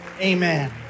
Amen